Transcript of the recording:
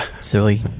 silly